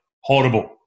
Horrible